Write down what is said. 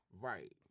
Right